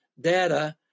data